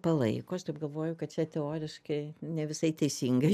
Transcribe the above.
palaiko aš taip galvoju kad čia teoriškai ne visai teisingai